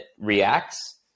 reacts